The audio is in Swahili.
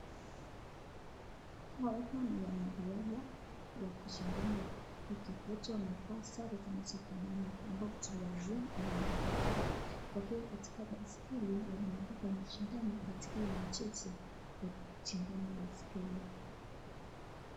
Wana riadha ya kushindana wa pikipiki wote wamefaa sare zinazofanana ambao timu yao imeandikwa chini. Wakiwa katika baiskeli wanaibuka wanashindana katika hiyo michezo wa kushindana baiskeli.